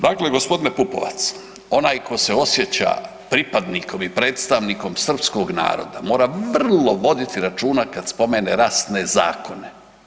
Dakle, g. Pupovac onaj ko se osjeća pripadnikom i predstavnikom srpskog naroda mora vrlo voditi računa kad spomene rasne zakone.